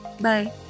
Bye